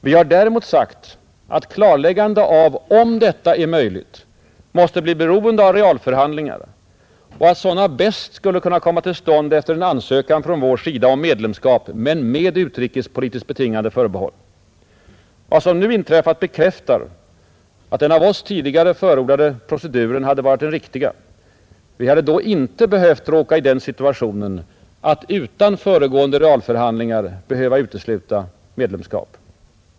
Vi har däremot sagt att klarläggande av om detta är möjligt måste bli beroende av realförhandlingar och att sådana bäst skulle kunna komma till stånd efter en ansökan från svensk sida om medlemskap men med utrikespolitiskt betingade förbehåll. Vad som nu inträffat bekräftar att den av oss tidigare förordade proceduren hade varit den riktiga. Vi hade då inte behövt råka i den situationen att utan föregående realförhandlingar utesluta medlemskap.